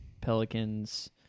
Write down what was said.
Pelicans